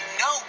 no